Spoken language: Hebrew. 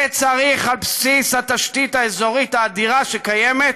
וצריך, על בסיס התשתית האזורית האדירה שקיימת,